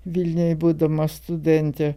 vilniuj būdama studentė